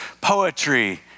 poetry